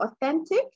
authentic